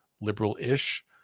liberal-ish